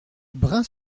brin